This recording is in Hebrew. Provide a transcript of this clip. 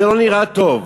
זה לא נראה טוב.